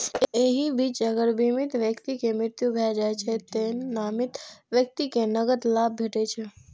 एहि बीच अगर बीमित व्यक्तिक मृत्यु भए जाइ छै, तें नामित व्यक्ति कें नकद लाभ भेटै छै